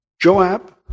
Joab